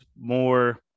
more